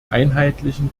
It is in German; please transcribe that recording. einheitlichen